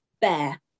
bear